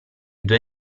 due